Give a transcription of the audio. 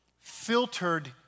filtered